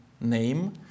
name